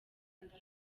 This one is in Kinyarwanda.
uko